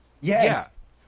Yes